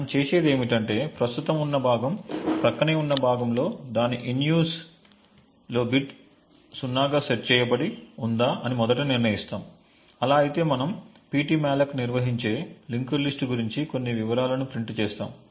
మనం చేసేది ఏమిటంటే ప్రస్తుతం ఉన్న భాగం ప్రక్కనే ఉన్న భాగం లో దాని in use లో బిట్ 0 గా సెట్ చేయబడి ఉందా అని మొదట నిర్ణయిస్తాము అలా అయితే మనం ptmalloc నిర్వహించే లింక్డ్ లిస్ట్ గురించి కొన్ని వివరాలను ప్రింట్ చేస్తాము